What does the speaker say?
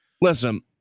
Listen